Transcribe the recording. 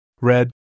Red